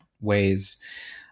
ways